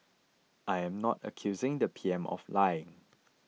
I am not accusing the P M of lying